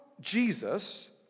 Jesus